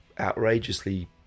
outrageously